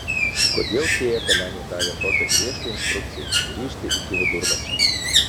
kodėl fėja pelenei davė tokią griežtą instrukciją grįžti iki vidurnakčio